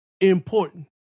important